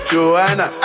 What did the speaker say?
Joanna